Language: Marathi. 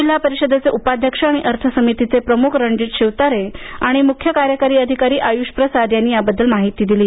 जिल्हा परिषदेचे उपाध्यक्ष आणि अर्थ समितीचे प्रमुख रणजित शिवतारे आणि मुख्य कार्यकारी अधिकारी आयुष प्रसाद यांनी याबद्दलची माहिती दिली आहे